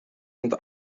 and